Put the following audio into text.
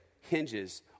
hinges